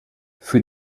für